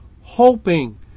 hoping